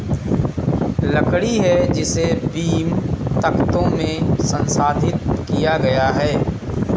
लकड़ी है जिसे बीम, तख्तों में संसाधित किया गया है